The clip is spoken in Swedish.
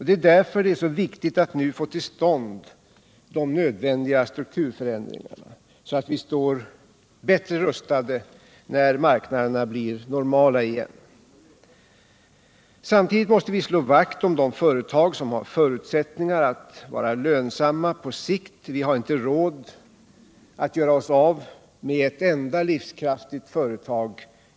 Det är därför som det är så viktigt att nu få till stånd nödvändiga strukturförändringar, så att vi står väl rustade när marknaderna blir normala igen. Samtidigt måste vi slå vakt om de företag som har förutsättningar att vara lönsamma på sikt. Vi har inte råd att göra oss av med ett enda livskraftigt företag.